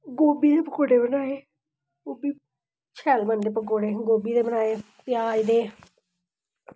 गोभी दे पकौड़े बनाये ओह्बी शैल बनदे पकौड़े गोभी दे बनाये प्याज दे